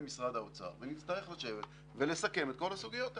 למשרד האוצר ונצטרך לשבת ולסכם את כל הסוגיות האלה.